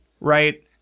Right